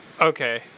Okay